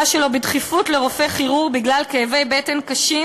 שלו בדחיפות לרופא כירורג בגלל כאבי בטן קשים,